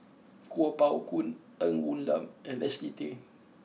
Kuo Pao Kun Ng Woon Lam and Leslie Tay